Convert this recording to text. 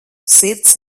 sirds